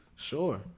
Sure